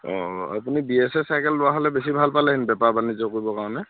অ' অ' আপুনি B S A cycle লোৱা হ'লে বেছি ভাল পালেহেঁতেন বেপাৰ বাণিজ্য কৰিবৰ কাৰণে